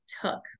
took